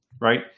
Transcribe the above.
right